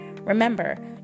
Remember